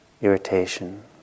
irritation